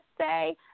say